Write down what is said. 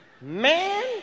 Man